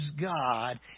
god